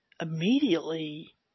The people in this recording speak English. immediately